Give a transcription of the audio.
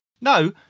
No